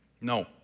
no